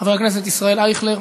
חבר הכנסת ישראל אייכלר,